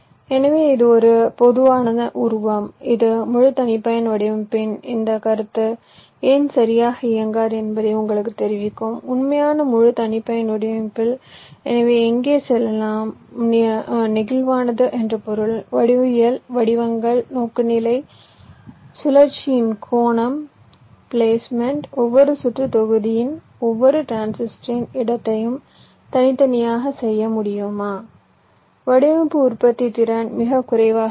எனவே இது ஒரு பொதுவான உருவம் இது முழு தனிப்பயன் வடிவமைப்பின் இந்த கருத்து ஏன் சரியாக இயங்காது என்பதை உங்களுக்குத் தெரிவிக்கும் உண்மையான முழு தனிப்பயன் வடிவமைப்பில் எனவே எங்கே எல்லாம் நெகிழ்வானது என்று பொருள் வடிவியல் வடிவங்கள் நோக்குநிலை சுழற்சியின் கோணம் பிளேஸ்மெண்ட் ஒவ்வொரு சுற்றுத் தொகுதியின் ஒவ்வொரு டிரான்சிஸ்டரின் இடத்தையும் தனித்தனியாக செய்ய முடியுமா வடிவமைப்பு உற்பத்தித்திறன் மிகக் குறைவாக இருக்கும்